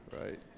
right